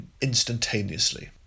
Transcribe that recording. instantaneously